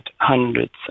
hundreds